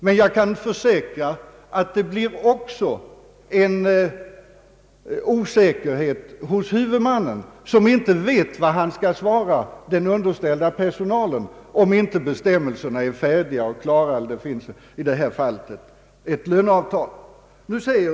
Men jag kan försäkra att det också uppstår en osäkerhet hos den huvudman som inte vet vad han skall svara den underställda personalen om inte bestämmelserna är klara och det inte finns ett löneavtal.